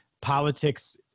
politics